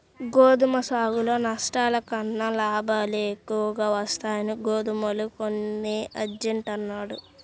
గోధుమ సాగులో నష్టాల కన్నా లాభాలే ఎక్కువగా వస్తాయని గోధుమలు కొనే ఏజెంట్ అన్నాడు